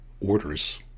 Orders